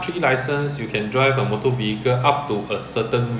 like there is this china brand [one] lah I cannot remember what is the brand